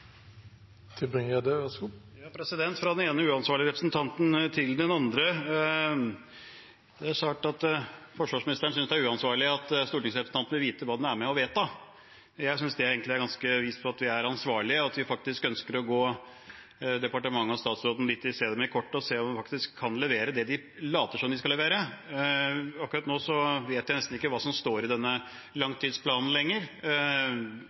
uansvarlig at stortingsrepresentantene vil vite hva de er med på å vedta. Jeg synes egentlig det er et bevis på at vi er ansvarlige, og at vi faktisk ønsker å se departementet og statsråden litt i kortene, ønsker å se om de kan levere det de later som de skal levere. Akkurat nå vet jeg nesten ikke hva som står i denne langtidsplanen lenger.